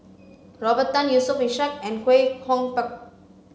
Robert Tan Yusof Ishak and Kwek Hong Png